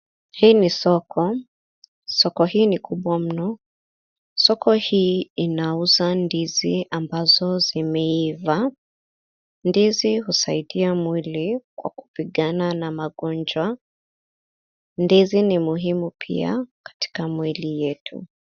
Hii ni soko, soko hii ni kubwa mno. Soko hii inauza ndizi ambazo zimeivaa, ndizi husaidia mwili kwa kupigana na magonjwa , ndizi ni muhimu pia kwa mwili yetu.